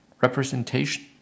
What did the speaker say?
representation